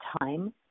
time